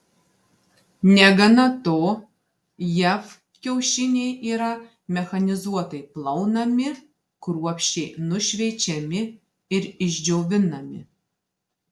negana to jav kiaušiniai yra mechanizuotai plaunami kruopščiai nušveičiami ir išdžiovinami